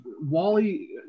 Wally